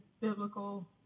biblical